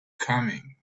coming